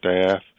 staff